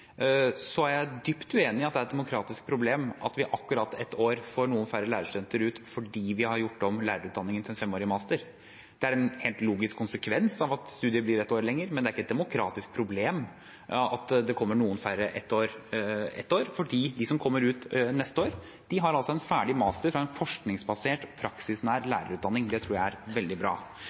er jeg dypt uenig i at det er et demokratisk problem at vi akkurat ett år får noen færre lærerstudenter ut fordi vi har gjort om lærerutdanningen til en femårig master. Det er en helt logisk konsekvens av at studiet blir et år lenger. Det er ikke et demokratisk problem at det kommer noen færre et år, for de som kommer ut neste år, har altså en ferdig master fra en forskningsbasert, praksisnær lærerutdanning. Det tror jeg er veldig bra.